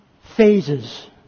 phases